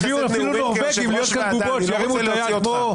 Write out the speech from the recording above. הביאו אפילו נורבגים שיהיו כאן בובות שירימו את היד,